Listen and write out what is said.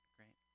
Great